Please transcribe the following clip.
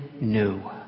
new